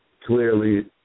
Clearly